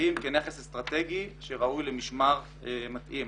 הטבעיים כנכס אסטרטגי שראוי למשמר מתאים.